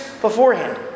beforehand